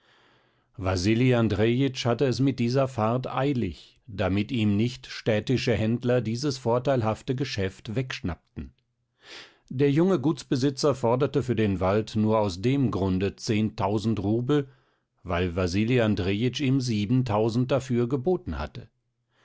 wasili andrejitsch hatte es mit dieser fahrt eilig damit ihm nicht städtische händler dieses vorteilhafte geschäft wegschnappten der junge gutsbesitzer forderte für den wald nur aus dem grunde zehntausend rubel weil wasili andrejitsch ihm siebentausend dafür geboten hatte